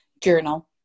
Journal